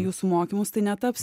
jūsų mokymus tai netaps